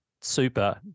super